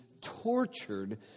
tortured